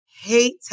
hate